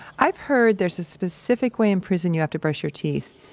i've heard there's a specific way in prison you have to brush your teeth.